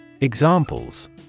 Examples